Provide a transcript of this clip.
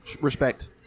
Respect